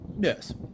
yes